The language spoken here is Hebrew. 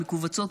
המכווצות,